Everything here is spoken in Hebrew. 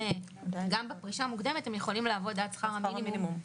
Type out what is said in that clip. גם בפרישה מוקדמת הם יכולים לעבוד עד שכר המינימום.